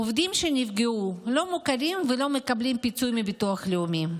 עובדים שנפגעו לא מוכרים ולא מקבלים פיצוי מביטוח לאומי.